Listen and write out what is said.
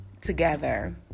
together